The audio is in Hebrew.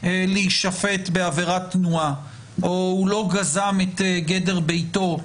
להישפט בעבירת תנועה או לא גזם פעם את גדר ביתו.